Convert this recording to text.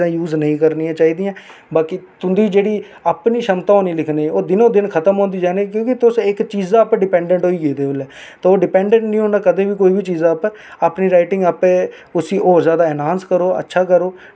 बडे आदमी ने जेहके मतलब कि काफी ऐज आहले ना ओह्बी समझांदे ना कि मतलब ऐ चीज इयां नेई करनी एह् चीज उआं करनी साढ़े डोगरे दा एह् इक एह चीज बड़ी मतलब कि अच्छी लगदी ऐ कि अगर कोई बी बजुर्ग बच्ची कोई बैठी दी होग कोई गल्ल करा दी होग ते उनेंगी जरुर समझांदे कि बेटा इयां नेई ते बच्चा इयां करना